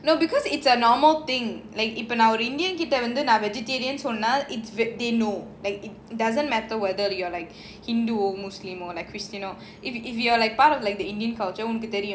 no because it's a normal thing like இப்பநான்ஒரு:ipa nan oru indian கிட்டவந்துநான்:kitta vandhu nan vegetarians ணுசொன்னா:nusonna it doesn't matter whether you are like hindu or muslim on like christian if you if you are like part of like the indian culture